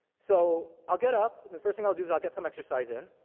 so i'll get up, and the first thing i'll do is i'll get some exercise in,